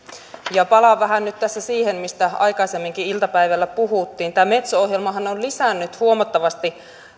palaan vähän nyt tässä siihen mistä aikaisemminkin iltapäivällä puhuttiin tämä metso ohjelmahan on lisännyt huomattavasti